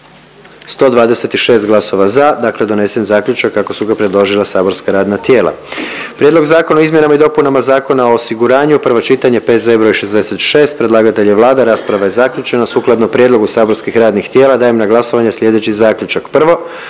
i glasat ćemo kada se steknu uvjeti. **Jandroković, Gordan (HDZ)** Prijedlog Zakona o izmjenama i dopunama Zakona o osiguranju, prvo čitanje, P.Z.E. broj 66. Predlagatelj je Vlada, rasprava je zaključena. Sukladno prijedlogu saborskih radnih tijela dajem na glasovanje slijedeći zaključak.